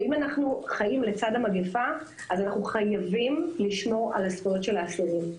ואם אנחנו חיים לצד המגפה אז אנחנו חייבים לשמור על הזכויות של האסירים.